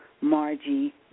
Margie